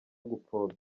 gupfobya